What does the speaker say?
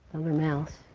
another mouse.